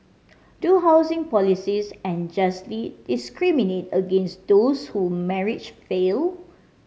do housing policies unjustly discriminate against those who marriage failed